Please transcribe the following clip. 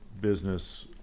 business